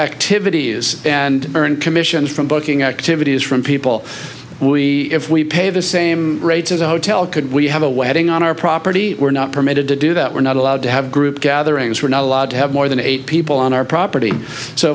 activities and earn commissions from booking activities from people we if we pay the same rates as a hotel could we have a wedding on our property we're not permitted to do that we're not allowed to have group gatherings we're not allowed to have more than eight people on our property so